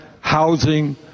housing